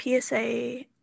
PSA